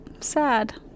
sad